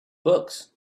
books